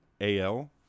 al